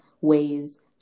ways